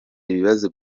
ibibazo